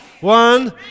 One